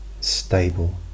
stable